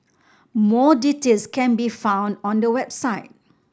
more details can be found on the website